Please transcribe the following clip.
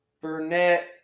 Burnett